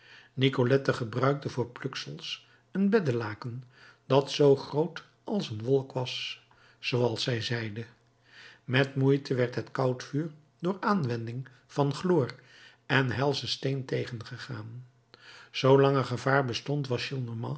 nicolette gebruikte voor pluksel een beddelaken dat zoo groot als een wolk was zooals zij zeide met moeite werd het koudvuur door aanwending van chloor en helschen steen tegengegaan zoo lang er gevaar bestond was